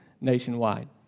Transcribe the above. nationwide